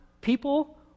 people